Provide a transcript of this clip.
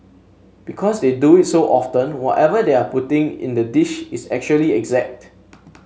because they do it so often whatever they are putting in the dish is actually exact